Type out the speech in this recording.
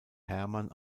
herman